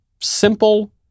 simple